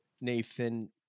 Nathan